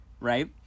Right